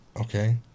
okay